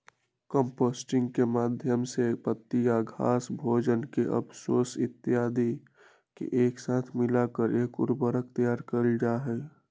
composting के माध्यम से पत्तियन, घास, भोजन के अवशेष इत्यादि के एक साथ मिलाकर एक उर्वरक तैयार कइल जाहई